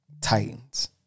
Titans